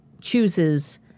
chooses